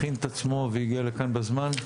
הכין את עצמו והגיע לכאן בזמן.